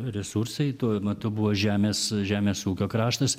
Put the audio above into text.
resursai tuo metu buvo žemės žemės ūkio kraštas